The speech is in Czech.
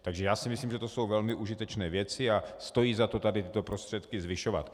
Takže si myslím, že to jsou velmi užitečné věci a stojí za to tady tyto prostředky zvyšovat.